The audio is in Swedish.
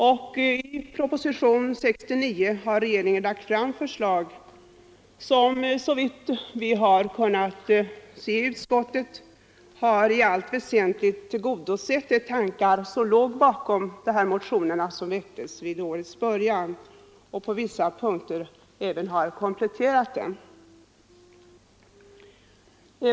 I propositionen 69 har regeringen lagt fram förslag som — såvitt vi har kunnat se i utskottet — i allt väsentligt har tillgodosett kraven i de motioner som väcktes vid årets början och på vissa punkter även har kompletterat dem.